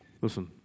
Listen